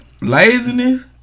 Laziness